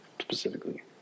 specifically